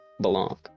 belong